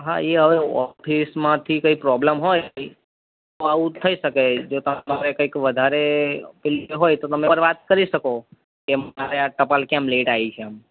હા એ હવે ઓફિસમાંથી કંઈ પ્રોબ્લેમ હોય તો આવું થઈ શકે જો તમે કઈક વધારે એવી રીતે હોય તો તમે ઉપર વાત કરી શકો કે મારે આ ટપાલ કેમ લેટ આઈ છે એમ